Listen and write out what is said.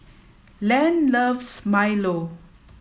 Len loves Milo